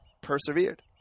persevered